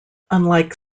unlike